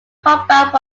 combat